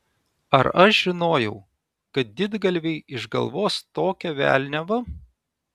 ar aš žinojau kad didgalviai išgalvos tokią velniavą